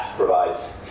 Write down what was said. provides